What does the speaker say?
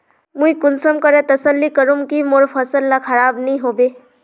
मुई कुंसम करे तसल्ली करूम की मोर फसल ला खराब नी होबे?